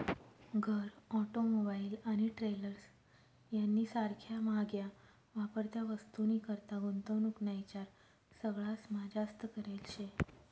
घर, ऑटोमोबाईल आणि ट्रेलर्स यानी सारख्या म्हाग्या वापरत्या वस्तूनीकरता गुंतवणूक ना ईचार सगळास्मा जास्त करेल शे